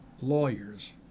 lawyers